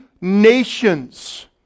nations